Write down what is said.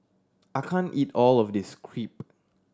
I can't eat all of this Crepe